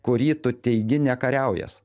kurį tu teigi nekariaująs